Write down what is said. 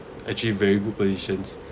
actually very good positions